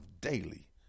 daily